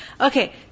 Okay